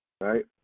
Right